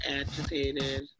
agitated